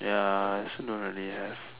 ya I also don't really have